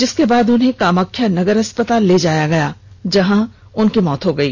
जिसके बाद उन्हें कामाख्या नगर अस्पताल ले जाया गया जहां उनकी मौत हो गई